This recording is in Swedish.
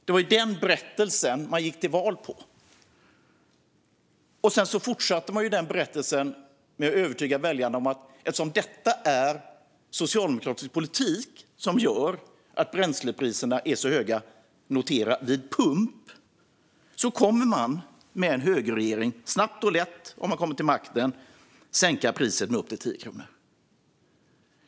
Det var den berättelsen man gick till val på. Sedan fortsatte man med den berättelsen för att övertyga väljarna: Eftersom det är socialdemokratisk politik som gör att bränslepriserna är så höga vid pump kommer man med en högerregering vid makten snabbt och lätt att sänka priset med upp till 10 kronor.